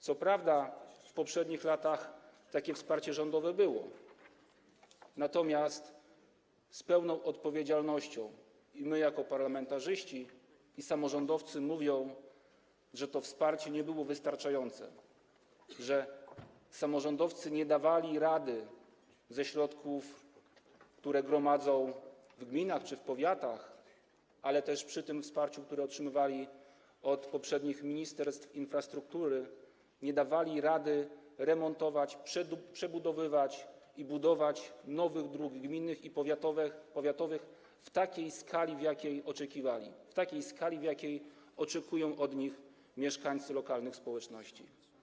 Co prawda w poprzednich latach takie wsparcie rządowe było, natomiast z pełną odpowiedzialnością jako parlamentarzyści i samorządowcy mówimy, że to wsparcie nie było wystarczające, że samorządowcy nie dawali rady ze środków, które gromadzą w gminach czy w powiatach, przy tym wsparciu, które otrzymywali od poprzednich ministerstw infrastruktury, remontować, przebudowywać i budować nowych dróg gminnych i powiatowych w takiej skali, w jakiej oczekiwali, jakiej oczekują od nich mieszkańcy lokalnych społeczności.